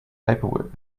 paperwork